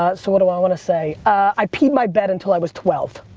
ah so what do i want to say? i peed my bed until i was twelve.